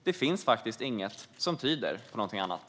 Det finns inget som tyder på någonting annat.